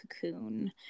cocoon